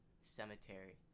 Cemetery